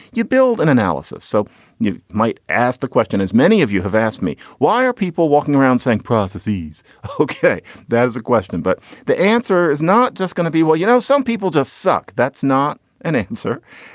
you build an analysis. so you might ask the question, as many of you have asked me, why are people walking around saying process these hook? that is a question. but the answer is not just going to be, well, you know, some people just suck. that's not an answer.